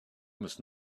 must